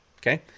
okay